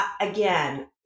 again